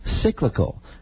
cyclical